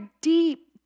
deep